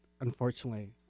unfortunately